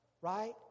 right